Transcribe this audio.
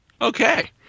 okay